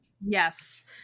Yes